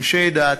אנשי דת,